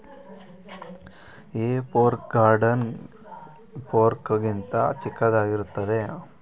ಹೇ fork garden fork ಗಿಂತ ಚಿಕ್ಕದಾಗಿರುತ್ತದೆ